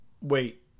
wait